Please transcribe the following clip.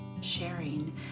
Sharing